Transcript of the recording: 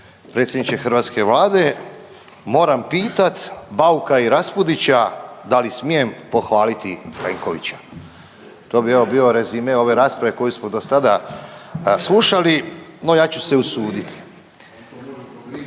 predsjedniče hrvatske vlade. Moram pitat Bauka i Raspudića da li smijem pohvaliti Plenkovića? To bi evo bio rezime ove rasprave koju smo do sada slušali. No ja ću se usuditi,